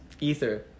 Ether